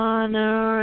Honor